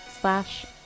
slash